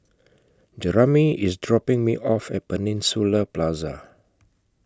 Jeramie IS dropping Me off At Peninsula Plaza